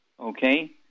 Okay